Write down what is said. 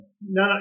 no